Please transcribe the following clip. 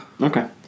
okay